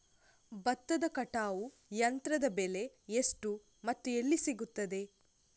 ಭತ್ತದ ಕಟಾವು ಯಂತ್ರದ ಬೆಲೆ ಎಷ್ಟು ಮತ್ತು ಎಲ್ಲಿ ಸಿಗುತ್ತದೆ?